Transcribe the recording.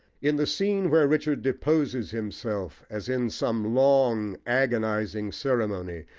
in the scene where richard deposes himself, as in some long, agonising ceremony,